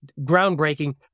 groundbreaking